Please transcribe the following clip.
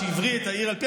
מה קשור?